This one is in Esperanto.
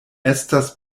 estas